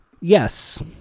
Yes